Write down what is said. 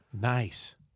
Nice